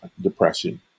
depression